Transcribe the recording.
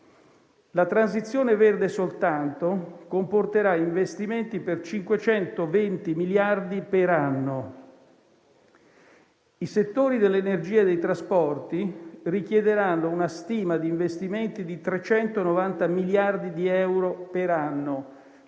la transizione verde soltanto comporterà investimenti per 520 miliardi per anno; i settori dell'energia e dei trasporti richiederanno una stima d'investimenti di 390 miliardi di euro per anno,